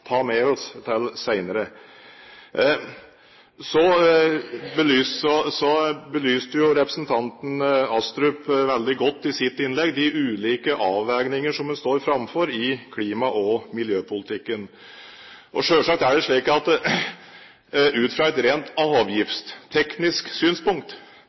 ta med oss til senere. Så belyste representanten Astrup veldig godt i sitt innlegg de ulike avveininger som vi står framfor i klima- og miljøpolitikken. Og selvsagt er det slik at ut fra et rent avgiftsteknisk synspunkt